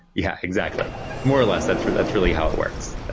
yeah, exactly. more or less, that's that's really how it works. ah